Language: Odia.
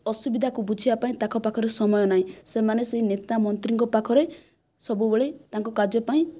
ଅସୁବିଧାକୁ ବୁଝିବା ପାଇଁ ତାଙ୍କ ପାଖରେ ସମୟ ନାହିଁ ସେମାନେ ସେହି ନେତା ମନ୍ତ୍ରୀଙ୍କ ପାଖରେ ସବୁବେଳେ ତାଙ୍କ କାର୍ଯ୍ୟ ପାଇଁ